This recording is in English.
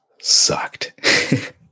sucked